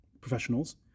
professionals